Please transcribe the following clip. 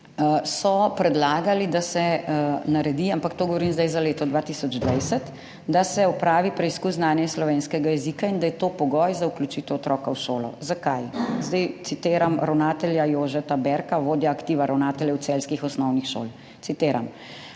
so predlagali, ampak to govorim zdaj za leto 2020, da se opravi preizkus znanja iz slovenskega jezika in da je to pogoj za vključitev otroka v šolo. Zakaj? Zdaj citiram ravnatelja Jožeta Berka, vodja aktiva ravnateljev celjskih osnovnih šol. Citiram: